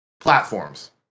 platforms